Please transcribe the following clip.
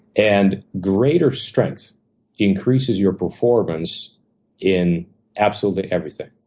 and greater strength increases your performance in absolutely everything.